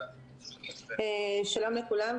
שלום לכולם,